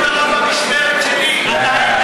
אם אתה אומר: לא במשמרת שלי, לא.